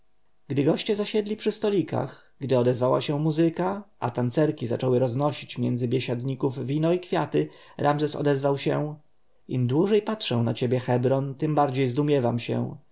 goście zasiedli przy stolikach gdy odezwała się muzyka a tancerki zaczęły roznosić między biesiadników wino i kwiaty ramzes odezwał się im dłużej patrzę na ciebie hebron tem więcej zdumiewam się